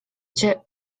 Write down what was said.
cię